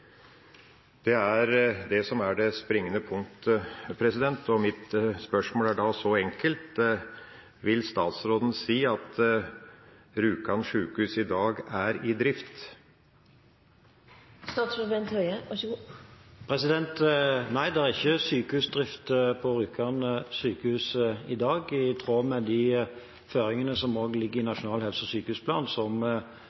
Det er det som er det springende punktet, og mitt spørsmål er da så enkelt: Vil statsråden si at Rjukan sykehus i dag er i drift? Nei, det er ikke sykehusdrift på Rjukan sykehus i dag, i tråd med de føringene som også ligger i